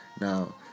Now